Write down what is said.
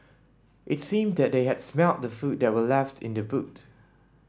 it seemed that they had smelt the food that were left in the boot